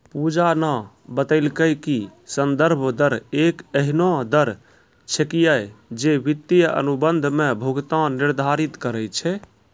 पूजा न बतेलकै कि संदर्भ दर एक एहनो दर छेकियै जे वित्तीय अनुबंध म भुगतान निर्धारित करय छै